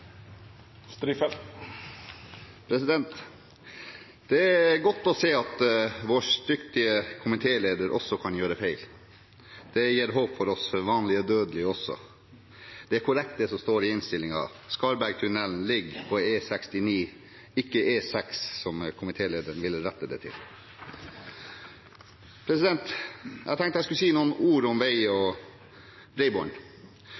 refererte til. Det er godt å se at vår dyktige komiteleder også kan gjøre feil. Det gir håp for oss vanlige dødelige også. Det er korrekt som det står i innstillingen: Skarvbergtunnelen ligger på E69, ikke E6, som komitelederen ville rette det til. Jeg tenkte jeg skulle si noen ord om vei og